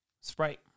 Sprite